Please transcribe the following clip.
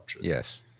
Yes